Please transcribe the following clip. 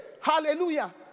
Hallelujah